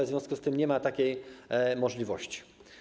W związku z tym nie ma takiej możliwości.